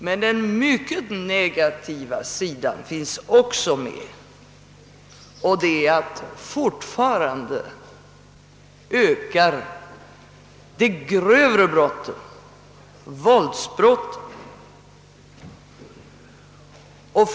Men den mycket negativa sidan finns också med att fortfarande ökar de grövre brotten, våldsbrotten.